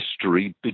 history